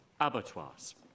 abattoirs